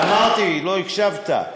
אמרתי, לא הקשבת.